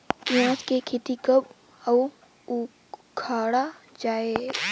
पियाज के खेती कब अउ उखाड़ा जायेल?